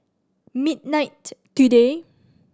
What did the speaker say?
midnight today